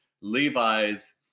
Levi's